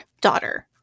daughter